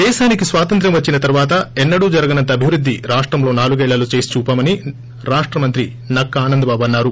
దేశానికి స్వాతంత్ర్యం వచ్చిన తర్వాత ఎన్నడూ జరగనంత అభివృద్ధి రాష్టంలో నాలుగేళ్ళలో చేసి చూపామని రాష్ట్ర మంత్రి నక్కా ఆనందబాబు అన్నరు